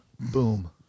Boom